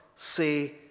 say